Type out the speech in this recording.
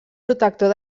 protector